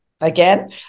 again